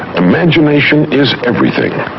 imagination is everything,